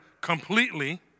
completely